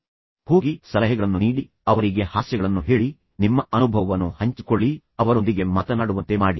ಹೋಗಿ ಅವರಿಗೆ ಸಹಾಯ ಮಾಡಿ ಸಲಹೆಗಳನ್ನು ನೀಡಿ ಅವರಿಗೆ ಹಾಸ್ಯಗಳನ್ನು ಹೇಳಿ ನಿಮ್ಮ ಅನುಭವವನ್ನು ಹಂಚಿಕೊಳ್ಳಿ ಅವರೊಂದಿಗೆ ಮಾತನಾಡುವಂತೆ ಮಾಡಿ